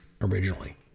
originally